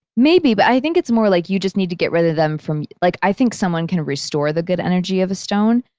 maybe, but i think it's more like you just need to get rid of them. like, i think someone can restore the good energy of a stone,